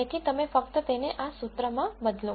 તેથી તમે ફક્ત તેમને આ સુત્રમાં બદલો